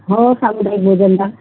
हो सामुदायिक झेंडा